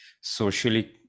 socially